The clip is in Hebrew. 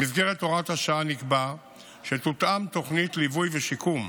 במסגרת הוראת השעה נקבע שתותאם תוכנית ליווי ושיקום